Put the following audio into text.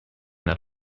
that